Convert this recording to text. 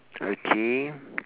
okay